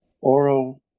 oral